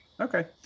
okay